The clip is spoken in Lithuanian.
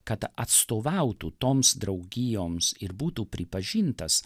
kad atstovautų toms draugijoms ir būtų pripažintas